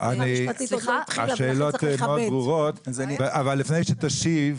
השאלות מאוד ברורות אבל לפני שתשיב,